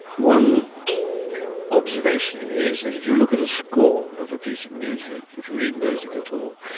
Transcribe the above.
one observation is that if you look at a score of a piece of music, if you read music at all,